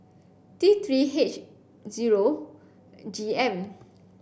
T three H zero G M